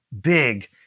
big